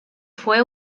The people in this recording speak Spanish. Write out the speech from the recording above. fue